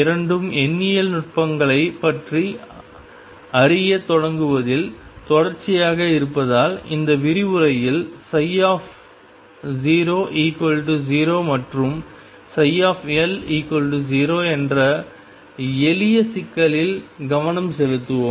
இரண்டும் எண்ணியல் நுட்பங்களைப் பற்றி அறியத் தொடங்குவதில் தொடர்ச்சியாக இருப்பதால் இந்த விரிவுரையில் 00 மற்றும் L0 என்ற எளிய சிக்கலில் கவனம் செலுத்துவோம்